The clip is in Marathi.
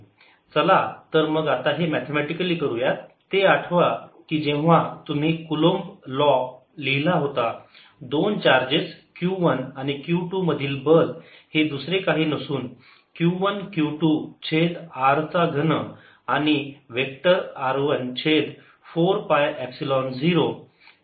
चला तर मग आता हे मॅथेमॅटिकली करूयात ते आठवा कि जेव्हा तुम्ही कुलोम्ब लॉ लिहिला होता दोन चार्जेस Q 1 आणि Q 2 मधील बल हे दुसरे काही नसून Q 1 Q 2 छेद r चा घन आणि वेक्टर r 1 छेद 4 पाय एपसिलोन 0